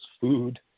food